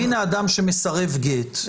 והנה אדם שמסרב גט,